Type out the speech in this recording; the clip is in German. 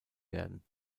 werden